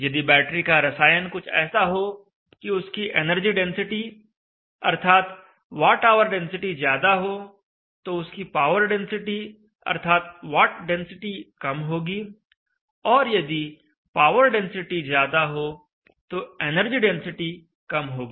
यदि बैटरी का रसायन कुछ ऐसा हो कि उसकी एनर्जी डेंसिटी अर्थात Wh डेंसिटी ज्यादा हो तो उसकी पावर डेंसिटी अर्थात वाट डेंसिटी कम होगी और यदि पावर डेंसिटी ज्यादा हो तो एनर्जी डेंसिटी कम होगी